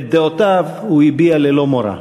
את דעותיו הוא הביע ללא מורא.